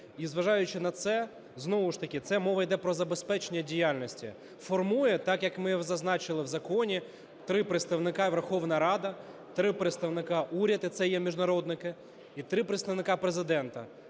І, зважаючи на це, знову ж таки це мова йде про забезпечення діяльності. Формує, так, як ми зазначили в законі, три представники – Верховна Рада, три представники – уряд, і це є міжнародники, і три представники Президента.